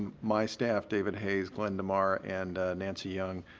my staff, david hayes, glenda marr, and nancy young.